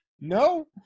no